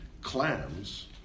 clams